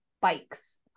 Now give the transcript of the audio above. bikes